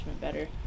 better